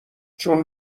چون